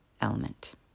element